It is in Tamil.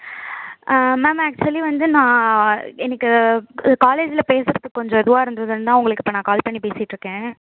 மேம் ஆக்ஷுவலி வந்து நான் எனக்கு காலேஜில் பேசறத்துக்கு கொஞ்ச இதுவாக இருந்துதுந்தான் உங்களுக்கு இப்போ நான் கால் பண்ணி பேசிட்டுருக்கேன்